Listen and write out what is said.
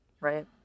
right